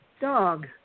dog